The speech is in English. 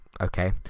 okay